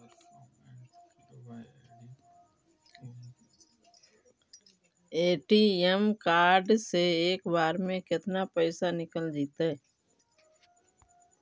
ATM card से एक बार में केतना पैसा निकल जइतै?